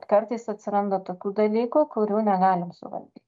kartais atsiranda tokių dalykų kurių negalim suvaldy